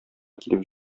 килеп